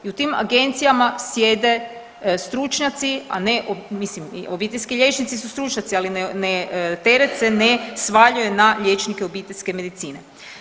I u tim agencijama sjede stručnjaci, a ne obiteljski liječnici su stručnjaci, ali teret se ne svaljuje na liječnike obiteljske medicine.